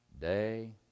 day